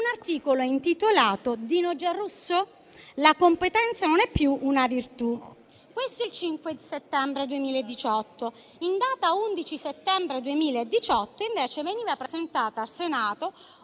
articolo intitolato «Dino Giarrusso? La competenza non è più una virtù»: questo il 5 settembre 2018. In data 11 settembre 2018, invece, veniva presentata al Senato